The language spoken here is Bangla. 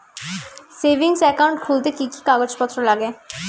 সেভিংস একাউন্ট খুলতে কি কি কাগজপত্র লাগে?